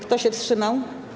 Kto się wstrzymał?